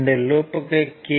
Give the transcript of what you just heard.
இந்த லூப்க்கு கே